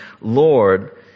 Lord